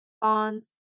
bonds